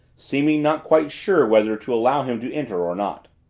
seeming not quite sure whether to allow him to enter or not.